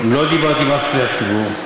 לא דיברתי עם אף שליח ציבור,